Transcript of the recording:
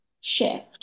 shift